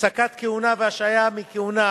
הפסקת כהונה והשעיה מכהונה,